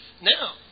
Now